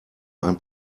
ein